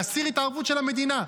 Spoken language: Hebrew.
להסיר התערבות של המדינה.